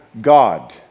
God